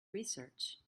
research